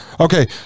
Okay